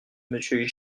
monsieur